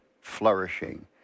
flourishing